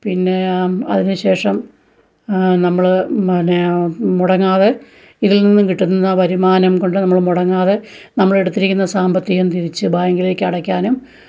പിന്നെ അതിന് ശേഷം നമ്മള് പിന്നെ മുടങ്ങാതെ ഇതിൽ നിന്ന് കിട്ടുന്ന വരുമാനം കൊണ്ട് നമ്മള് മുടങ്ങാതെ നമ്മളെടുത്തിരിക്കുന്ന സാമ്പത്തികം തിരിച്ച് ബാങ്കിലേക്കടക്കാനും